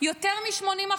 יותר מ-80%.